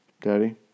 Daddy